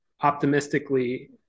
optimistically